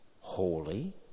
holy